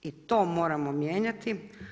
I to moramo mijenjati.